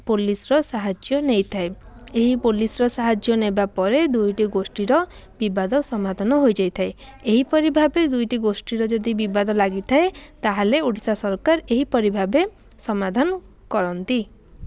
ପୋଲିସ୍ର ସାହାଯ୍ୟ ନେଇଥାଏ ଏହି ପୋଲିସ୍ର ନେବାପରେ ଦୁଇଟି ଗୋଷ୍ଠୀର ବିବାଦ ସମାଧାନ ହୋଇଯାଇଥାଏ ଏହିପରି ଭାବେ ଦୁଇଟି ଗୋଷ୍ଠୀର ଯଦି ବିବାଦ ଲାଗିଥାଏ ତାହେଲେ ଓଡ଼ିଶା ସରକାର ଏହିପରି ଭାବେ ସମାଧାନ କରନ୍ତି